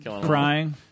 Crying